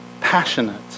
passionate